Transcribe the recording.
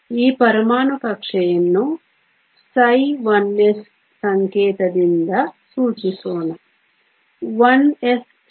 ಈ ಪರಮಾಣು ಕಕ್ಷೆಯನ್ನು ψ1s ಸಂಕೇತದಿಂದ ಸೂಚಿಸೋಣ